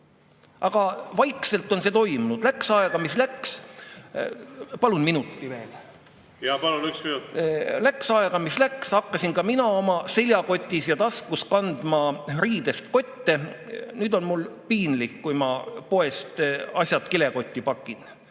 Ja vaikselt on see toimunud. Läks aega, mis läks ... Palun minuti veel. Palun, üks minut! Läks aega, mis läks, hakkasin ka mina oma seljakotis ja taskus kandma riidest kotte. Nüüd on mul piinlik, kui ma poes asjad kilekotti pakin.